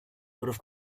huruf